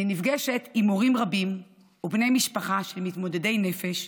אני נפגשת עם הורים רבים ועם בני משפחה של מתמודדי נפש,